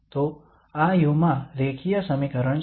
તો આ u માં રેખીય સમીકરણ છે